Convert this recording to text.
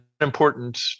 important